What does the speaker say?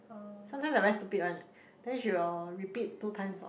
sometimes I very stupid one leh then she will repeat two times for